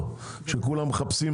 לכן אנחנו שם.